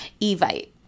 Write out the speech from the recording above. Evite